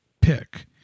pick